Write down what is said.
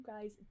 guys